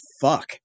fuck